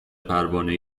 پروانه